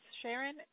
Sharon